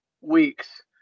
weeks